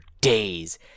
days